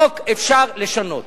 חוק אפשר לשנות.